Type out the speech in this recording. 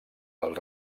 del